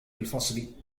الفصل